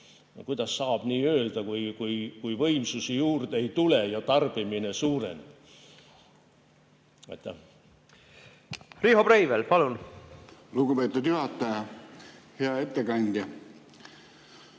Kuidas saab nii öelda, kui võimsusi juurde ei tule ja tarbimine suureneb? Riho Breivel, palun! Lugupeetud juhataja! Hea ettekandja!